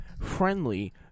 friendly